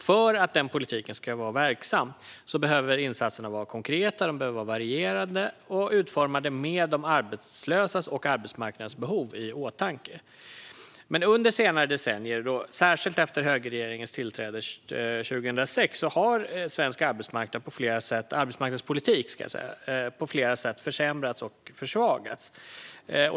För att den politiken ska vara verksam behöver insatserna vara konkreta, varierade och utformade med de arbetslösas och arbetsmarknadens behov i åtanke. Men under senare decennier, och då särskilt efter högerregeringens tillträde 2006, har svensk arbetsmarknadspolitik på flera sätt försämrats och försvagats.